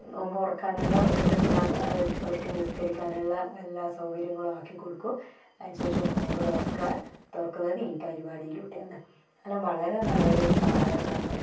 നോമ്പുതൊറക്കാനുള്ള ഒരുക്കത്തിലാന്ന് അവരിക്ക് നിസ്കരിക്കാനുള്ള എല്ലാ സൗകര്യങ്ങളും ആക്കി കൊടുക്കും അതിന് ശേഷം നോമ്പുതൊറക്ക തൊറക്കുന്നത് ഈ പരിപാടിയിലൂടെയാണ് എല്ലാം വളരെ നല്ലൊരു സഹകരണമാന്ന്